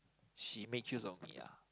she make use of me ah